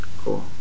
Cool